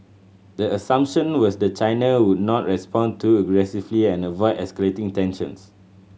the assumption was the China would not respond too aggressively and avoid escalating tensions